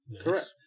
Correct